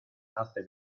hace